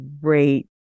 great